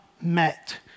met